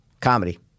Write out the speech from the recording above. comedy